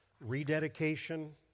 rededication